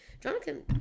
Jonathan